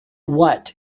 what